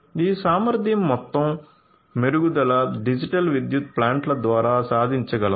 ఈ సామర్థ్యం మొత్తం మెరుగుదల డిజిటల్ విద్యుత్ ప్లాంట్ల ద్వారా సాధించ గలo